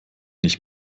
nicht